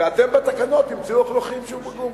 אתם בתקנות תמצאו איך להוכיח שהוא פגום.